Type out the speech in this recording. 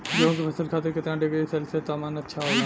गेहूँ के फसल खातीर कितना डिग्री सेल्सीयस तापमान अच्छा होला?